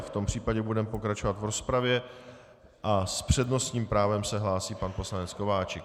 V tom případě budeme pokračovat v rozpravě a s přednostním právem se hlásí pan poslanec Kováčik.